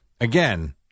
Again